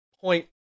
point